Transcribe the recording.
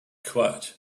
quiet